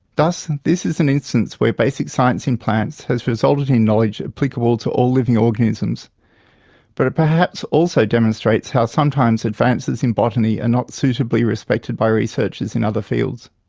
thus, this is an instance where basic science in plants has resulted in knowledge applicable to all living organisms but perhaps also demonstrates how sometimes advances in botany are and not suitably respected by researchers in other fields.